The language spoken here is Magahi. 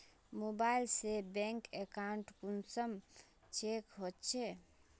मोबाईल से बैंक अकाउंट कुंसम चेक होचे?